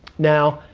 now,